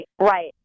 Right